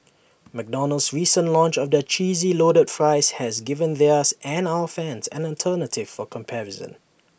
McDonald's recent launch of their cheesy loaded fries has given theirs and our fans an alternative for comparison